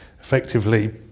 effectively